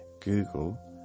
Google